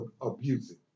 abusing